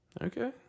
Okay